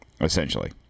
essentially